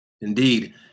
Indeed